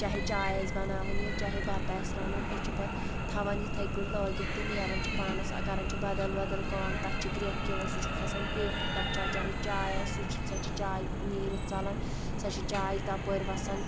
چاہے چاے آسہِ بناوٕنۍ یا چاہے بَتہٕ آسہِ رنُن أسۍ چھِ پتہٕ تھاوان یِتھٕے کٲٹھۍ لٲگِتھ تہٕ نیران چھُ پانس کران چھِ بدل بدل کٲم تتھ چھِ گرٛیٚکھ یِوان سُہ چھُ کھسَن پیٹھ تتھ چھُ چاہے چاے آسہِ سُہ چھُ سۄ چھِ چاے نیٖرِتھ ژَلِن سۄ چھِ چاے تَپٲرۍ وَسان